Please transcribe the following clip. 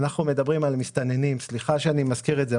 אנחנו מדברים על מסתננים וסליחה שאני מזכיר את זה,